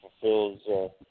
Fulfills